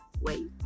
wait